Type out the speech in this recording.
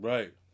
Right